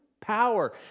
power